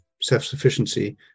self-sufficiency